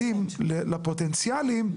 פרטים לפוטנציאלים,